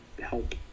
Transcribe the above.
help